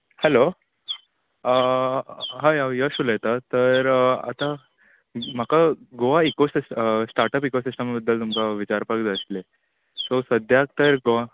hello hi हांव यश उलयतां तर आतां म्हाका गोवा इको सिस्ट स्टार्टआप इकोसिस्टमा बद्दल तुमकां विचारपाक जाय आसलें सो सद्याक तर गों